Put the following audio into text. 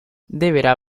deberá